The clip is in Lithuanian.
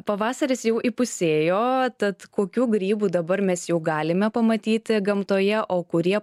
pavasaris jau įpusėjo tad kokių grybų dabar mes jau galime pamatyti gamtoje o kurie